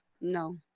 no